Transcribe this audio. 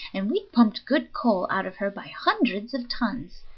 and we pumped good coal out of her by hundreds of tons.